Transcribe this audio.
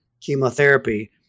chemotherapy